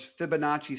Fibonacci